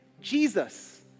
Jesus